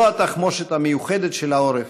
זו התחמושת המיוחדת של העורף,